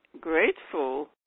grateful